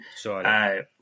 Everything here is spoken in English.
Sorry